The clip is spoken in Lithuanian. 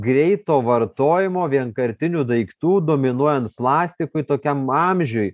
greito vartojimo vienkartinių daiktų dominuojan plastikui tokiam amžiuj